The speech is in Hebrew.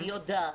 אני יודעת,